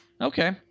Okay